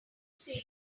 say